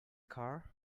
car